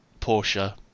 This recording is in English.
Porsche